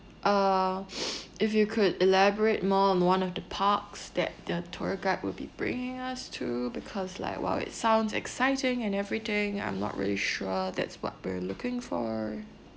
uh if you could elaborate more on one of the parks that the tour guide will be bringing us to because like !wow! it sounds exciting and everything I'm not really sure that's what we're looking for